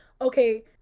okay